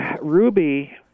Ruby